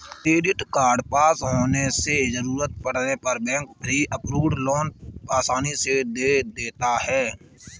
credit card पास होने से जरूरत पड़ने पर बैंक प्री अप्रूव्ड लोन आसानी से दे देता है